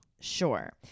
Sure